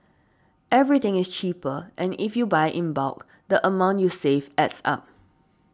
everything is cheaper and if you buy in bulk the amount you save adds up